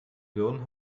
birnen